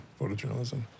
photojournalism